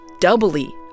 doubly